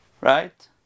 Right